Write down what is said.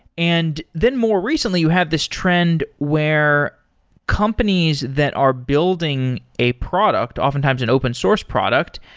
and then more recently, you have this trend where companies that are building a product, often times an open source product,